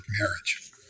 Marriage